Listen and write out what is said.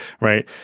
right